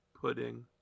Pudding